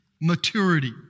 maturity